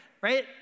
right